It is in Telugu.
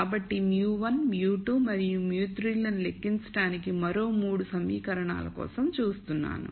కాబట్టి μ1 μ2 మరియు μ3 ను లెక్కించడానికి మరో 3 సమీకరణాల కోసం చూస్తున్నాను